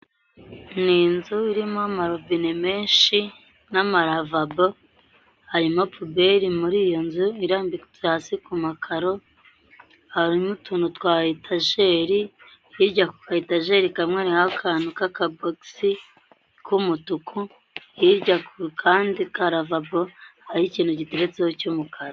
Ni inzu irimo amarobine menshi n'amaravabo, harimo puberi muri iyo nzu irambitse hasi ku makaro, harimo utuntu twa yetajeri, hirya kayatejeri kamwe hariho akantu k'akabokisi k'umutuku, hirya ku kandi karavabo hariho ikintu giteretseho cy'umukara.